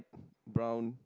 brown